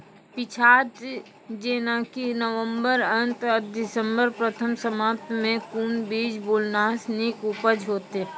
पीछात जेनाकि नवम्बर अंत आ दिसम्बर प्रथम सप्ताह मे कून बीज बुनलास नीक उपज हेते?